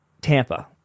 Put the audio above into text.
Tampa